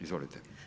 Izvolite.